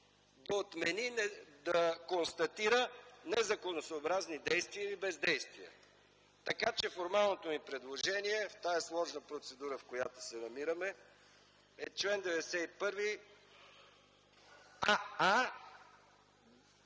или да констатира законосъобразни действия или бездействия. Така че формалното ми предложение в тази сложна процедура, в която се намираме, е в чл. 91,